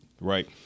right